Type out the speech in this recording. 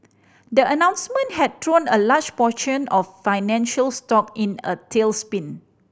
the announcement had thrown a large portion of financial stock in a tailspin